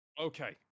Okay